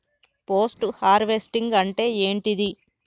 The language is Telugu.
పోస్ట్ హార్వెస్టింగ్ అంటే ఏంటిది?